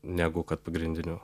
negu kad pagrindiniu